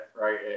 right